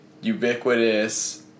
ubiquitous